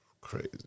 Crazy